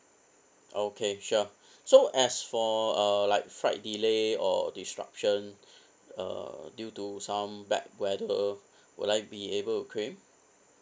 okay sure so as for uh like flight delay or disruption uh due to some bad weather will I be able to claim